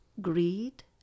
greed